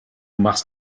machst